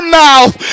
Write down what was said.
mouth